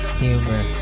humor